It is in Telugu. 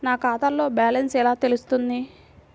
నా ఖాతాలో బ్యాలెన్స్ ఎలా తెలుస్తుంది?